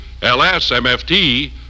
LSMFT